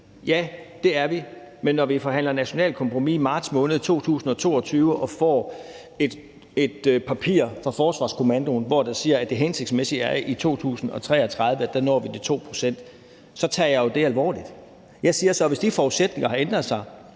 Ja, det er vi. Men når vi forhandler nationalt kompromis i marts måned 2022 og får et papir fra Forsvarskommandoen, hvor de siger, at det er hensigtsmæssigt, at vi når de 2 pct. i 2033, så tager jeg jo det alvorligt. Jeg siger så, at hvis de forudsætninger har ændret sig,